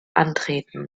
antreten